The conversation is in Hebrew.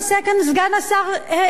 סגן השר כהן,